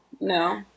No